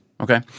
okay